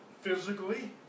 physically